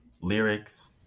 lyrics